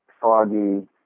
foggy